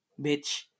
bitch